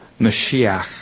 Mashiach